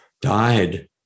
died